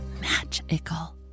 magical